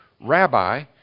Rabbi